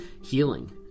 healing